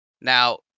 Now